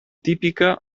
típica